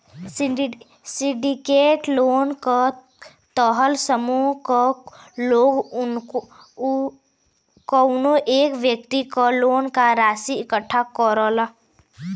syndicate loan क तहत समूह क लोग कउनो एक व्यक्ति क लोन क राशि इकट्ठा करलन